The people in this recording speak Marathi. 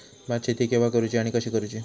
भात शेती केवा करूची आणि कशी करुची?